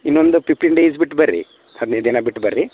ಇನ್ನೊಂದು fifteen days ಬಿಟ್ಟು ಬರ್ರಿ ಹದಿನೈದು ದಿನ ಬಿಟ್ಟು ಬರ್ರಿ